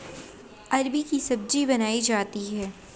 अरबी की सब्जी बनायीं जाती है